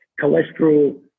cholesterol